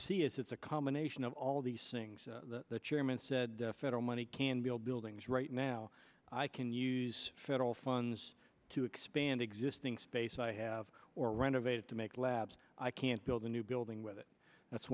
see is it's a combination of all these things the chairman said federal money can build buildings right now i can use federal funds to expand existing space i have or renovate it to make labs i can't build a new building with it that's